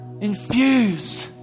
infused